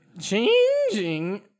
Changing